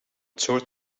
tour